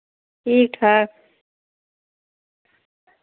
ठीक ठाक